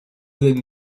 the